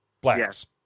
Blacks